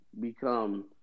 become